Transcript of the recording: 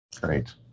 Great